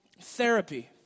therapy